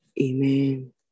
Amen